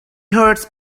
heard